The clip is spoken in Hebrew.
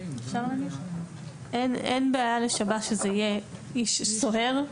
אין בעיה לשב"ס שזה יהיה סוהר,